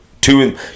two